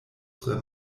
tre